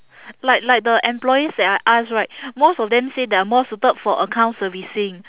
like like the employers that I asked right most of them say they are more suited for account servicing